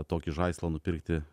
tokį žaislą nupirkti